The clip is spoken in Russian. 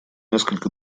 несколько